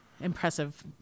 impressive